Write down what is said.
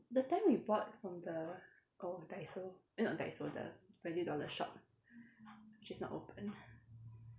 that time we bought from the oh daiso eh not daiso the value dollar shop which is not open